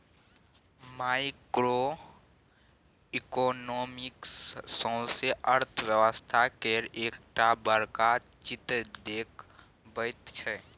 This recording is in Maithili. माइक्रो इकोनॉमिक्स सौसें अर्थक व्यवस्था केर एकटा बड़का चित्र देखबैत छै